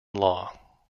law